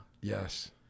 Yes